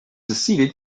succeeded